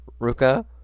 Ruka